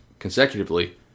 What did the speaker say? consecutively